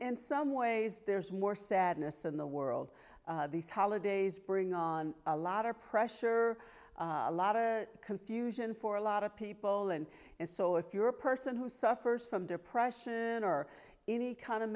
in some ways there's more sadness in the world these holidays bring on a lot of pressure a lot of confusion for a lot of people and and so if you're a person who suffers from depression or any kind of